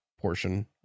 portion